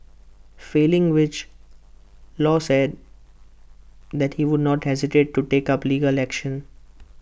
failing which law said that he would not hesitate to take up legal action